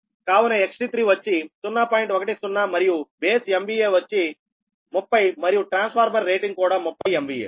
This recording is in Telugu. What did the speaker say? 10 మరియు బేస్ MVA వచ్చి 30 మరియు ట్రాన్స్ఫార్మర్ రేటింగ్ కూడా 30 MVA